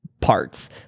parts